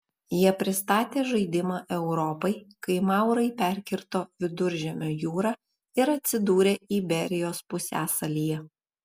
jie pristatė žaidimą europai kai maurai perkirto viduržemio jūrą ir atsidūrė iberijos pusiasalyje